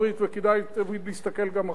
וכדאי תמיד להסתכל גם אחורה,